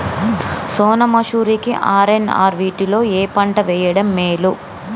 సోనా మాషురి కి ఆర్.ఎన్.ఆర్ వీటిలో ఏ పంట వెయ్యడం మేలు?